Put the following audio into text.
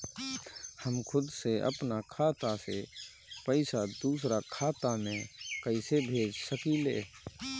हम खुद से अपना खाता से पइसा दूसरा खाता में कइसे भेज सकी ले?